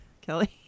Kelly